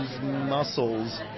muscles